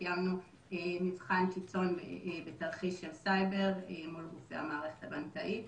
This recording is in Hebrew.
קיימנו מבחן קיצון בתרחיש של סייבר מול גופי המערכת הבנקאית.